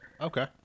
Okay